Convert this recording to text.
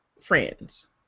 friends